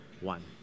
one